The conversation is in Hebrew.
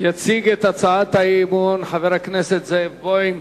יציג את הצעת האי-אמון חבר הכנסת זאב בוים.